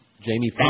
Jamie